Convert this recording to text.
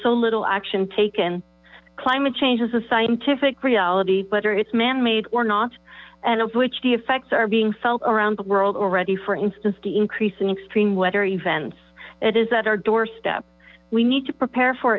so little action taken climate change is a scientist reality whether it's manmade or not and of which the effects are being felt around the world already for instance the increase in extreme weather events it is at our doorstep we need to prepare for